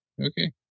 Okay